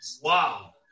Wow